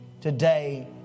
today